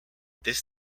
this